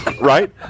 Right